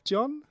John